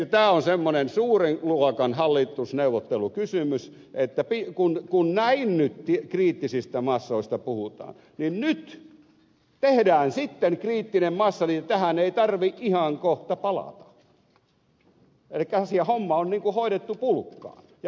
tämä on semmoinen suuren luokan hallitusneuvottelukysymys että kun näin kriittisistä massoista puhutaan niin nyt tehdään sitten kriittinen massa niin että tähän ei tarvitse ihan kohta palata elikkä homma on niin kun hoidettu pulkkaan